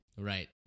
Right